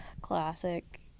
classic